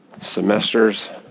semesters